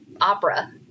opera